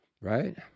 Right